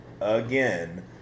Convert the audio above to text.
Again